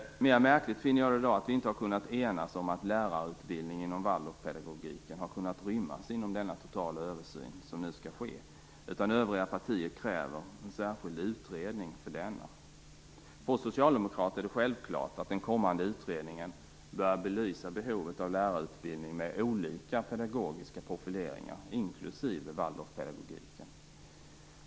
Mer märkligt finner jag det att vi inte har kunnat enas om att lärarutbildning inom Waldorfpedagogiken har kunnat rymmas inom den totala översyn som nu skall ske, utan att övriga partier kräver en särskild utredning för denna. För oss socialdemokrater är det självklart att den kommande utredningen bör belysa behovet av lärarutbildning med olika pedagogiska profileringar, inklusive Waldorfpedagogiken.